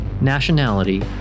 nationality